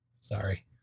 Sorry